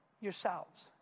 yourselves